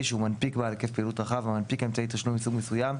שהוא מנפיק בעל היקף פעילות רחב המנפיק אמצעי תשלום מסוג מסוים,